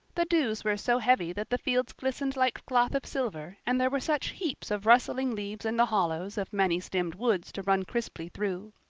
the dews were so heavy that the fields glistened like cloth of silver and there were such heaps of rustling leaves in the hollows of many-stemmed woods to run crisply through.